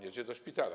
Jedzie do szpitala.